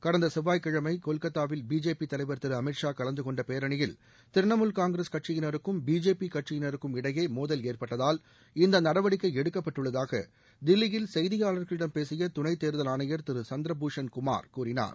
கடந்த செவ்வாய்க்கிழமை கொல்கத்தாவில் பிஜேபி தலைவர் திரு அமித் ஷா கலந்துகொண்ட பேரணியில் திரிணாமூல் காங்கிரஸ் கட்சியினருக்கும் பிஜேபி கட்சியினருக்கும் இடையே மோதல் ஏற்பட்டதால் இந்த நடவடிக்கை எடுக்கப்பட்டுள்ளதாக தில்லியில் செய்தியாளர்களிடம் பேசிய துணைத்தேர்தல் ஆணையர் திரு சந்திரபூஷன் குமார் கூறினார்